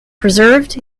preserved